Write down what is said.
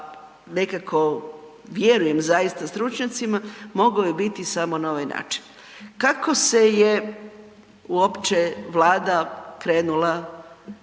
nekako vjerujem zaista stručnjacima, mogao je biti samo na ovaj način. Kako se je uopće Vlada krenula s